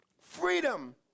freedom